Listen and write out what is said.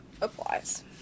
applies